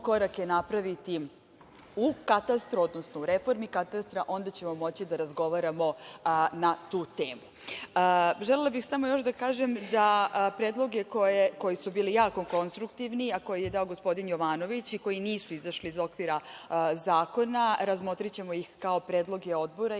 korake napraviti u katastru odnosno u reformi katastra, onda ćemo moći da razgovaramo na tu temu. Želela bih samo još da kažem da predloge koji su bili jako konstruktivni, a koji je dao gospodin Jovanović i koji nisu izašli iz okvira zakona, razmotrićemo ih kao predloge odbora